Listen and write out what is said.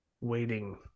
waiting